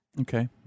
okay